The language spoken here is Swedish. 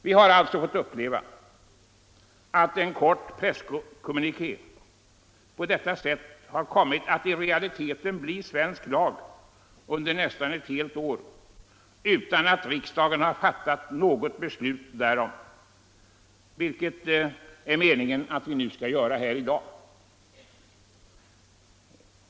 Vi har alltså fått uppleva att en kort presskommuniké på detta sätt kommit att i realiteten bli svensk lag under nästan ett helt år, utan att riksdagen fattat något beslut härom, vilket det är meningen att vi skall göra i dag.